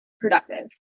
productive